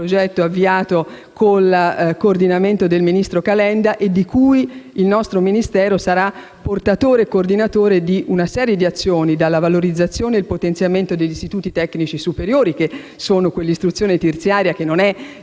progetto avviato, con il coordinamento del ministro Calenda, di cui il nostro Ministero sarà portatore e coordinatore per una serie di azioni, quali la valorizzazione e il potenziamento degli istituti tecnici superiori, che sono quell'istruzione terziaria che non è